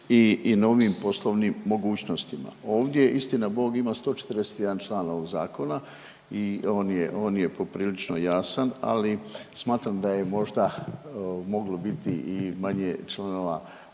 i novim poslovnim mogućnostima. Ovdje istinabog ima 141 član ovog zakona i on je poprilično jasan, ali smatram da je možda moglo biti i manje članova